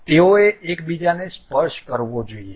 તેઓએ એકબીજાને સ્પર્શ કરવો જોઈએ